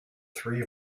three